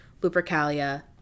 Lupercalia